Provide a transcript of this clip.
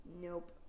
nope